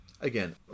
again